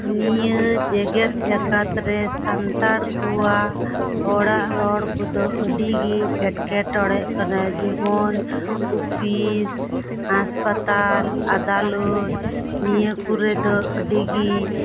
ᱱᱤᱭᱟᱹ ᱡᱮᱜᱮᱫ ᱡᱟᱠᱟᱫ ᱨᱮ ᱥᱟᱱᱛᱟᱲ ᱠᱚᱣᱟ ᱦᱚᱲᱟᱜ ᱨᱚᱲ ᱠᱚᱫᱚ ᱟᱹᱰᱤ ᱜᱮ ᱮᱴᱠᱮᱴᱚᱲᱮ ᱠᱟᱱᱟ ᱡᱮᱢᱚᱱ ᱚᱯᱷᱤᱥ ᱦᱟᱥᱯᱟᱛᱟᱞ ᱟᱫᱟᱞᱚᱛ ᱱᱤᱭᱟᱹ ᱠᱚᱨᱮ ᱫᱚ ᱟᱹᱰᱤᱜᱮ